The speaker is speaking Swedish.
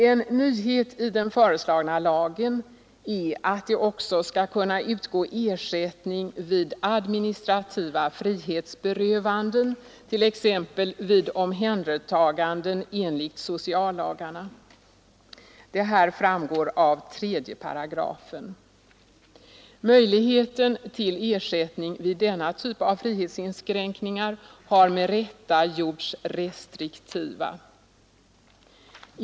En nyhet i den föreslagna lagen är att det också skall kunna utgå ersättning vid administrativa frihetsberövanden, t.ex. vid omhändertagande enligt sociallagarna. Detta framgår av 3 §. Möjligheten till ersättning vid denna typ av frihetsinskränkningar har med rätta gjorts restriktiva.